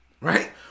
right